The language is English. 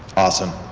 awesome.